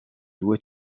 due